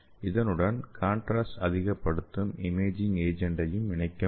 இதனுடன் காண்ட்ராஸ்ட் அதிகப்படுத்தும் இமேஜிங் ஏஜென்ட்டையும் இணைக்க முடியும்